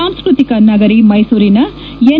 ಸಾಂಸ್ವತಿಕ ನಗರಿ ಮೈಸೂರಿನ ಎನ್